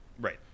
Right